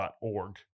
org